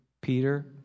Peter